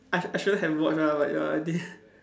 I I shouldn't have watched ah but ya I did